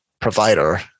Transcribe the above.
provider